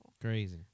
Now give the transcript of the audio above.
crazy